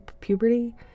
puberty